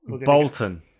Bolton